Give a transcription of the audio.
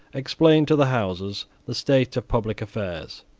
explain to the houses the state of public affairs.